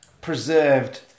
preserved